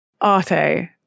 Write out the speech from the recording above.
Arte